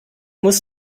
muss